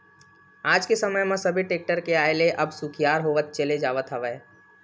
आज के समे म सब टेक्टर के आय ले अब सुखियार होवत चले जावत हवय